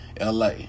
LA